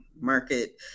market